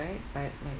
right but